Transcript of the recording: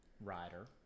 rider